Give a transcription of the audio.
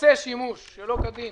העושה שימוש שלא כדין